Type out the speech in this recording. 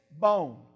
bone